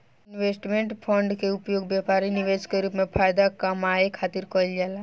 investment fund के उपयोग व्यापारी निवेश के रूप में फायदा कामये खातिर कईल जाला